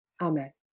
Amen